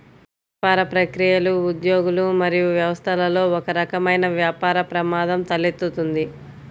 వ్యాపార ప్రక్రియలు, ఉద్యోగులు మరియు వ్యవస్థలలో ఒకరకమైన వ్యాపార ప్రమాదం తలెత్తుతుంది